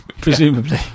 Presumably